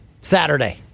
Saturday